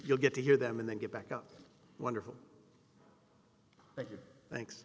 you'll get to hear them and then get back up wonderful thank